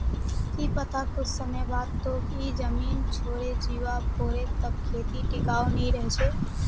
की पता कुछ समय बाद तोक ई जमीन छोडे जीवा पोरे तब खेती टिकाऊ नी रह छे